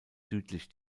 südlich